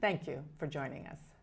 thank you for joining us